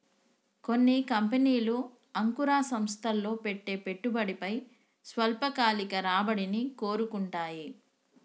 కొన్ని కంపెనీలు అంకుర సంస్థల్లో పెట్టే పెట్టుబడిపై స్వల్పకాలిక రాబడిని కోరుకుంటాయి